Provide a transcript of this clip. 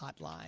Hotline